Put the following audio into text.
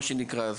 מה שנקרא,